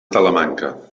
talamanca